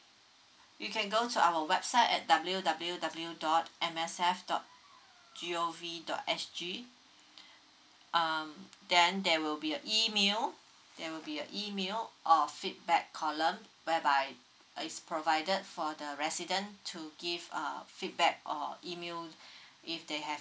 you can go to our website at W W W dot M S F dot G O V dot S G um then there will be a email there will be a email or feedback column whereby it's provided for the resident to give uh feedback or email if they have